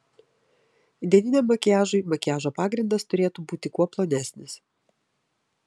dieniniam makiažui makiažo pagrindas turėtų būti kuo plonesnis